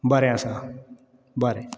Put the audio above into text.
बरें आसा बरें